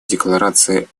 декларации